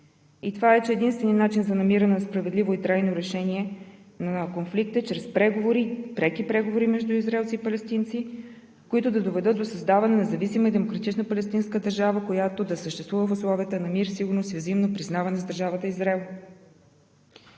и тя е, че единственият начин за намиране на справедливо и трайно решение на конфликта е чрез преговори – преки преговори, между израелци и палестинци, които да доведат до създаване на независима и демократична палестинска държава, която да съществува в условията на мир, сигурност и взаимно признаване за държавата Израел.